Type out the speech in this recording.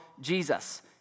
Jesus